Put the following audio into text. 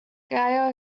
guy